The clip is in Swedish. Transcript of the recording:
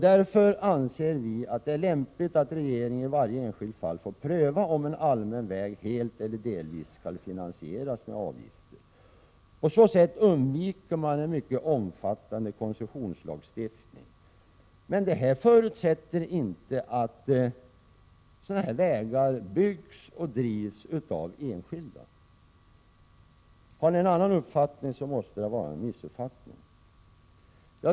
Därför anser vi det lämpligt att regeringen i varje enskilt fall får pröva om en allmän väg helt eller delvis skall finansieras med avgifter. På så sätt undviker man en mycket omfattande koncessionslagstiftning. Det förutsätter emellertid inte att vägarna byggs och drivs av enskilda. Har ni en annan uppfattning, måste det vara en missuppfattning.